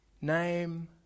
name